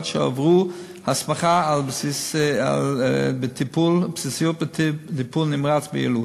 שעברו הסמכה על-בסיסית בטיפול נמרץ ביילוד,